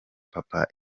papa